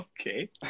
Okay